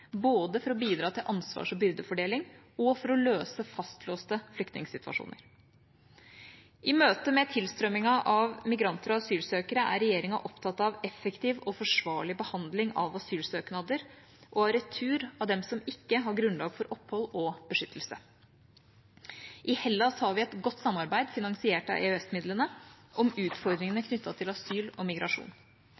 både for å bidra til ansvars- og byrdefordeling og for å løse fastlåste flyktningsituasjoner. I møte med tilstrømningen av migranter og asylsøkere er regjeringa opptatt av effektiv og forsvarlig behandling av asylsøknader og av retur av dem som ikke har grunnlag for opphold og beskyttelse. I Hellas har vi et godt samarbeid, finansiert av EØS-midlene, om utfordringene